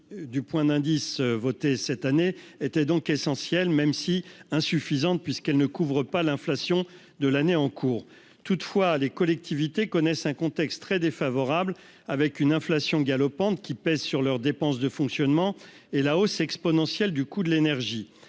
de 3,5 % du point d'indice, votée cette année, était donc essentielle, même si elle reste insuffisante, puisqu'elle ne couvre pas l'inflation de l'année en cours. Toutefois, les collectivités territoriales connaissent un contexte très défavorable, marqué par une inflation galopante, qui renchérit leurs dépenses de fonctionnement, et par la hausse exponentielle du coût de l'énergie.